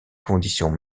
conditions